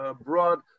broad